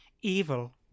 Evil